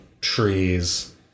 trees